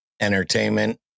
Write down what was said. Entertainment